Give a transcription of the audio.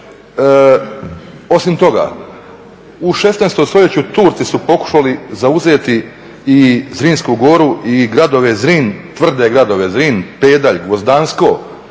osim toga u 16. stoljeću Turci su pokušali zauzeti i Zrinsku goru i gradove Zrin, tvrde Gradove Zrin, Pedalj, Gvozdansko,